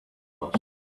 asked